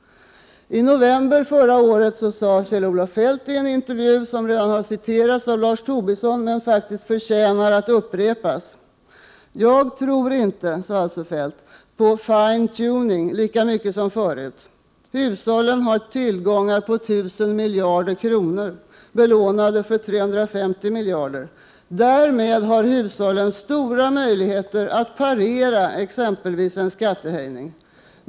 I november förra året sade Kjell-Olof Feldt i en intervju, som redan har citerats av Lars Tobisson, men som faktiskt förtjänar att upprepas: ”Jag tror inte på "fine tuning” lika mycket som förut. Hushållen har tillgångar på tusen miljarder kronor — belånade för 350 miljarder. Därmed har hushållen stora möjligheter att parera exempelvis en skattehöjning.